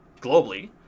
globally